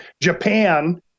Japan